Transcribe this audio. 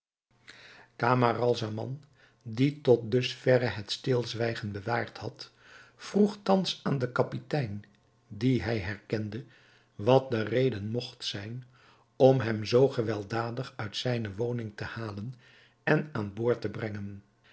camaralzaman die tot dus verre het stilzwijgen bewaard had vroeg thans aan den kapitein dien hij herkende wat de reden mogt zijn om hem zoo gewelddadig uit zijne woning te halen en aan boord te brengen